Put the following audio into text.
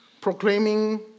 proclaiming